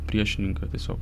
priešininką tiesiog